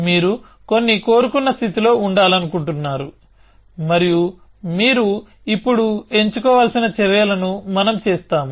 మీరు కొన్ని కోరుకున్న స్థితిలో ఉండాలనుకుంటున్నారు మరియు మీరు ఇప్పుడు ఎంచుకోవాల్సిన చర్యలను మనం చేస్తాము